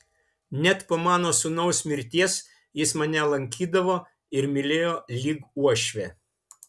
net po mano sūnaus mirties jis mane lankydavo ir mylėjo lyg uošvę